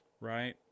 Right